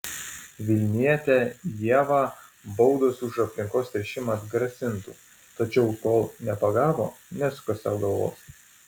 vilnietę ievą baudos už aplinkos teršimą atgrasintų tačiau kol nepagavo nesuka sau galvos